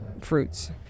fruits